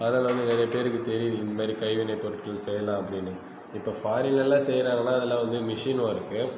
அது இல்லாமல் நிறைய பேருக்குத் தெரியுது இந்த மாரி கைவினைப் பொருட்கள் செய்யலாம் அப்படின்னு இப்போ ஃபாரின்லலாம் செய்றாங்கன்னால் அதெல்லாம் வந்து மிஷின் ஒர்க்கு